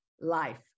Life